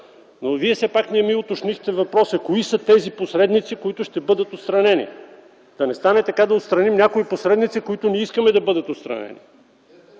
Но Вие все пак не уточнихте отговора на въпроса ми кои са тези посредници, които ще бъдат отстранени? Да не стане така, да отстраним някои посредници, които не искаме да бъдат отстранени?!